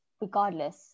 regardless